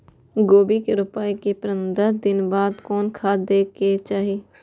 गोभी के रोपाई के पंद्रह दिन बाद कोन खाद दे के चाही?